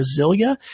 Brasilia